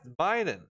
Biden